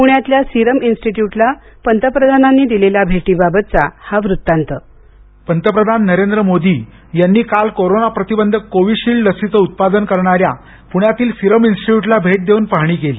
पुण्यातल्या सिरम इन्स्टीट्यूटला पंतप्रधानांनी दिलेल्या भेटीबाबतचा हा वृत्तांत पंतप्रधान नरेंद्र मोदी यांनी आज कोरोना प्रतिबंधक कोविशील्ड लसीच उत्पादन करणाऱ्या पुण्यातील सिरम इन्स्टिट्यूटला भेट देऊन पाहणी केली